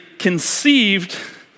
Conceived